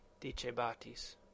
Dicebatis